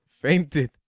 fainted